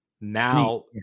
Now